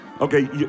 okay